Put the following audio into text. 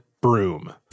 broom